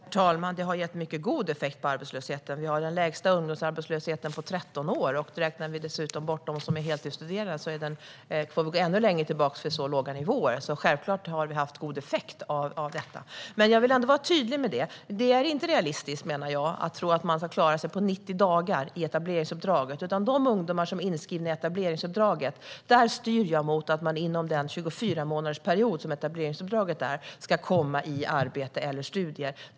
Herr talman! Det har gett en mycket god effekt på arbetslösheten. Vi har den lägsta arbetslösheten på 13 år. Om man dessutom räknar bort dem som är heltidsstuderande får vi gå ännu längre tillbaka för att se så låga nivåer. Självklart har reformerna haft god effekt. Men jag vill ändå vara tydlig med att det inte är realistiskt att tro att de som är inskrivna i etableringsuppdraget ska klara sig med 90 dagar. Jag styr mot att dessa ungdomar ska komma i arbete eller studier.